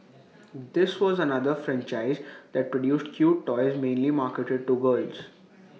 this was another franchise that produced cute toys mainly marketed to girls